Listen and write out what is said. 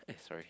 eh sorry